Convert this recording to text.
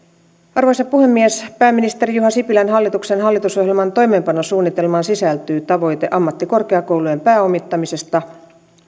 arvoisa puhemies pääministeri juha sipilän hallituksen hallitusohjelman toimeenpanosuunnitelmaan sisältyy tavoite ammattikorkeakoulujen pääomittamisesta